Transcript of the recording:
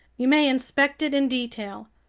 you may inspect it in detail,